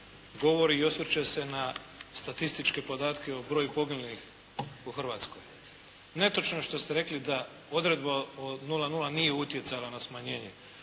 govori i osvrće se na statističke podatke o broju poginulih u Hrvatskoj. Netočno je što ste rekli da odredba od 0,0 nije utjecala na smanjenje.